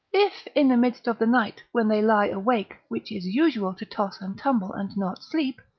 if, in the midst of the night, when they lie awake, which is usual to toss and tumble, and not sleep,